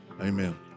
Amen